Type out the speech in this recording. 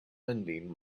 lending